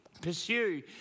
pursue